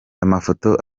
amafoto